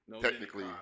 technically